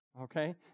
okay